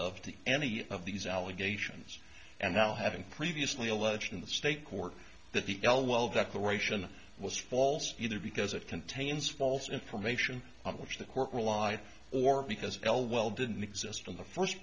of to any of these allegations and now having previously alleged in the state court that the l well declaration was false either because it contains false information on which the court relied or because l well didn't exist in the first